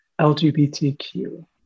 LGBTQ